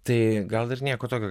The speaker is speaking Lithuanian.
tai gal ir nieko tokio